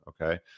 okay